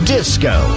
Disco